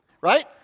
right